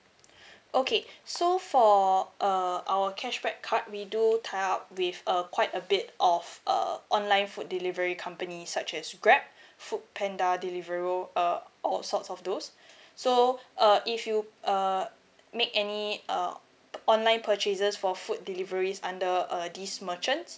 okay so for err our cashback card we do tie up with err quite a bit of uh online food delivery company such as grab food panda deliveroo uh all sorts of those so uh if you uh make any uh online purchases for food deliveries under uh this merchants